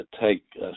take